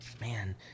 Man